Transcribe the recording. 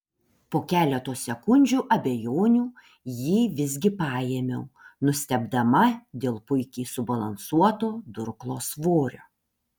po keleto sekundžių abejonių jį visgi paėmiau nustebdama dėl puikiai subalansuoto durklo svorio